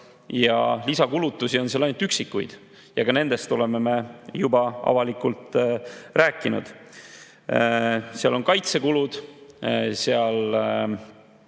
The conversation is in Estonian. Lisakulutusi on ainult üksikuid ja ka nendest oleme me juba avalikult rääkinud. Seal on kaitsekulud 3%,